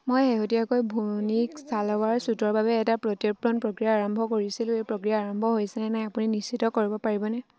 মই শেহতীয়াকৈ ভুনিকত ছালৱাৰ ছুটৰ বাবে এটা প্ৰত্যৰ্পণ প্ৰক্ৰিয়া আৰম্ভ কৰিছিলোঁ এই প্ৰক্ৰিয়া আৰম্ভ হৈছে নে নাই আপুনি নিশ্চিত কৰিব পাৰিবনে